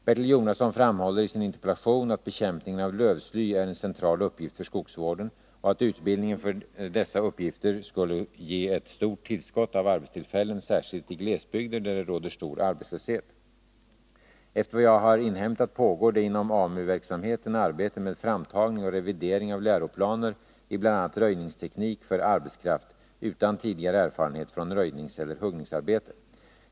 Bertil Jonasson framhåller i sin interpellation att bekämpningen av lövsly är en central uppgift för skogsvården och att utbildning för dessa uppgifter skulle ge ett stort tillskott av arbetstillfällen, särskilt i glesbygder där det råder stor arbetslöshet. Efter vad jag har inhämtat pågår det inom AMU-verksamheten arbete med framtagning och revidering av läroplaner i bl.a. röjningsteknik för arbetskraft utan tidigare erfarenhet från röjningseller huggningsarbete.